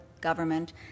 government